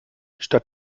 statt